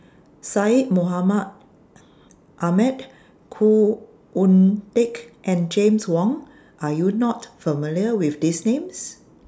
Syed Mohamed Ahmed Khoo Oon Teik and James Wong Are YOU not familiar with These Names